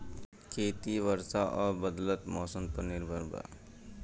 खेती वर्षा और बदलत मौसम पर निर्भर बा